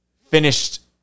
finished